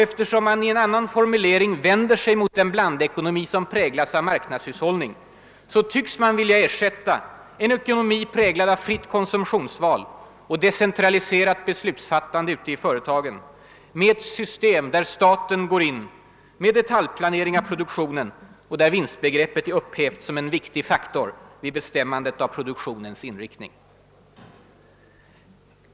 Eftersom man i en annan formulering vänder sig emot den blandekonomi som präglas av marknadshushållning m.m., tycks man vilja ersätta en ekonomi, präglad av fritt konsumtionsval och decentraliserat beslutsfattande ute i företagen, med ett system där staten går in med detaljplanering av produktionen och där vinstbegreppet är upphävt som en viktig faktor vid bestämmandet av produktionens inriktning.